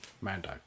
Mando